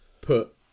put